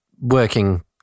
working